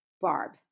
Barb